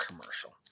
commercial